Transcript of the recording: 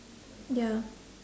ya